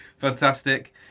Fantastic